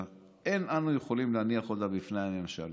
אין אנו יכולים להניח אותה לפני הממשלה.